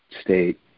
state